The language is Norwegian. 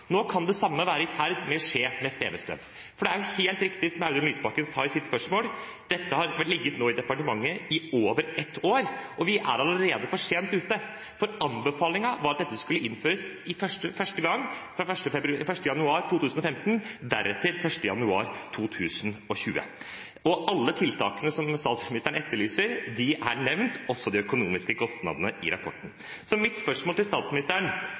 Nå kan det samme være i ferd med å skje med svevestøv. Det er helt riktig som Audun Lysbakken sa i sitt spørsmål, dette har nå ligget i departementet i over ett år, og vi er allerede for sent ute, for anbefalingen var at dette skulle innføres, første gang fra 1. januar 2015, deretter fra 1. januar 2020. Og alle tiltakene som statsministeren etterlyser, er nevnt, også de økonomiske kostnadene, i rapporten. Så mitt spørsmål til statsministeren